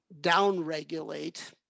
down-regulate